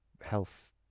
health